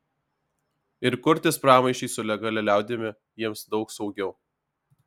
ir kurtis pramaišiui su legalia liaudimi jiems daug saugiau